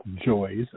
joys